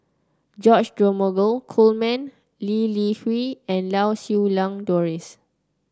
George Dromgold Coleman Lee Li Hui and Lau Siew Lang Doris